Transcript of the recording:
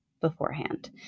beforehand